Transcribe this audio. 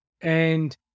And-